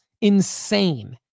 insane